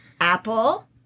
Apple